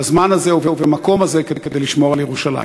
בזמן הזה ובמקום הזה, כדי לשמור על ירושלים.